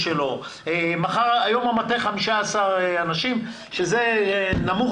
היום במטה יש 15 אנשים שזה מספר נמוך